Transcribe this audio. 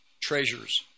treasures